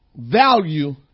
value